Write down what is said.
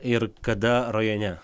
ir kada rajone